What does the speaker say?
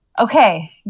Okay